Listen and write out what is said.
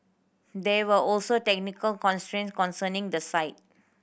there were also technical constraints concerning the site